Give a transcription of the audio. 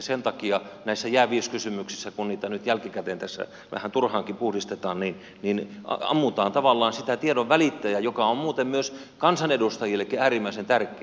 sen takia näissä jääviyskysymyksissä kun niitä nyt jälkikäteen tässä vähän turhaankin puhdistetaan ammutaan tavallaan sitä tiedonvälittäjää joka on muuten myös kansanedustajillekin äärimmäisen tärkeä